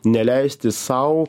neleisti sau